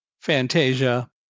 Fantasia